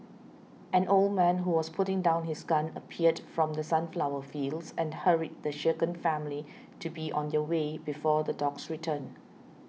an old man who was putting down his gun appeared from the sunflower fields and hurried the shaken family to be on their way before the dogs return